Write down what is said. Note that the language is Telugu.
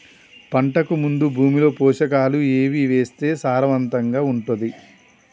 పంటకు ముందు భూమిలో పోషకాలు ఏవి వేస్తే సారవంతంగా ఉంటది?